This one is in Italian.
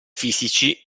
fisici